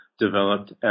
developed